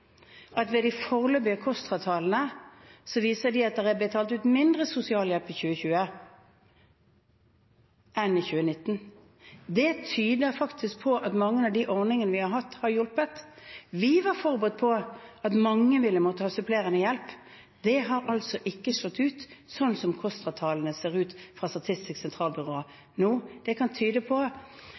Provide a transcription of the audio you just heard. at de foreløpige KOSTRA-tallene viser at det er betalt ut mindre sosialhjelp i 2020 enn i 2019. Det tyder på at mange av de ordningene vi har hatt, har hjulpet. Vi var forberedt på at mange ville måtte ha supplerende hjelp. Det har altså ikke slått til, sånn som KOSTRA-tallene fra Statistisk sentralbyrå ser ut nå. Det kan tyde på